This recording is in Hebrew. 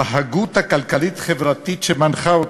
בהגות הכלכלית-חברתית שמנחה אותנו,